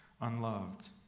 unloved